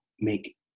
make